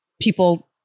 people